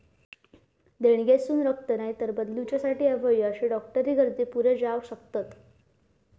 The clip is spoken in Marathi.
देणगेतसून रक्त, नायतर बदलूच्यासाठी अवयव अशे डॉक्टरी गरजे पुरे जावक शकतत